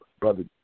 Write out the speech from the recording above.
Brother